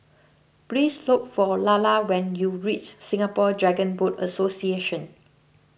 please look for Lalla when you reach Singapore Dragon Boat Association